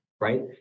right